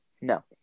No